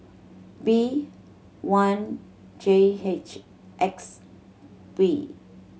B one J H X P